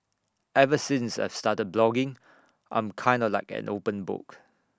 ever since I've started blogging I'm kinda like an open book